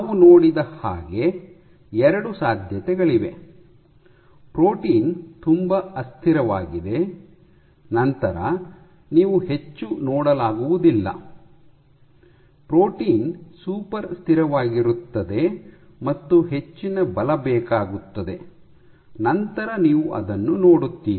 ನಾವು ನೋಡಿದ ಹಾಗೆ ಎರಡು ಸಾಧ್ಯತೆಗಳಿವೆ ಪ್ರೋಟೀನ್ ತುಂಬಾ ಅಸ್ಥಿರವಾಗಿದೆ ನಂತರ ನೀವು ಹೆಚ್ಚು ನೋಡಲಾಗುವುದಿಲ್ಲ ಪ್ರೋಟೀನ್ ಸೂಪರ್ ಸ್ಥಿರವಾಗಿರುತ್ತದೆ ಮತ್ತು ಹೆಚ್ಚಿನ ಬಲ ಬೇಕಾಗುತ್ತದೆ ನಂತರ ನೀವು ಅದನ್ನು ನೋಡುತ್ತೀರಿ